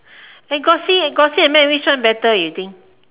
glossy glossy and matt which one better you think